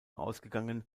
ausgegangen